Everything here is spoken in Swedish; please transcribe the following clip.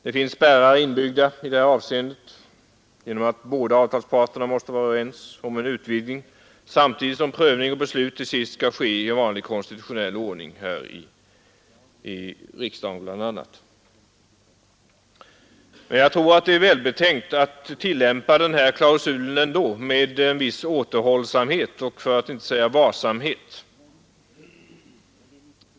Det finns spärrar inbyggda i det här avseendet genom att båda avtalsparterna måste vara överens om en utvidgning, samtidigt som prövning och beslut skall ske i vanlig konstitutionell ordning, bl.a. här i riksdagen. Men jag tror ändå att det är välbetänkt att tillämpa klausulen med återhållsamhet för att inte säga varsamhet.